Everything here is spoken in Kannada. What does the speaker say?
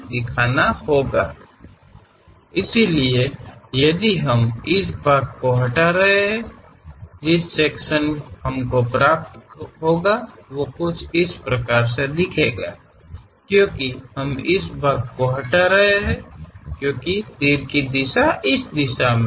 ಆದ್ದರಿಂದ ನಾವು ತೆಗೆದುಹಾಕುತ್ತಿದ್ದರೆ ಈ ಭಾಗ ನಾವು ಪಡೆಯಲಿರುವ ವಿಭಾಗವು ಈ ವೀಕ್ಷಣೆಗಳು ಏಕೆಂದರೆ ನಾವು ಈ ಭಾಗವನ್ನು ತೆಗೆದುಹಾಕುತ್ತಿದ್ದೇವೆ ಏಕೆಂದರೆ ಬಾಣದ ದಿಕ್ಕು ಈ ದಿಕ್ಕಿನಲ್ಲಿದೆ